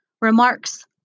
remarks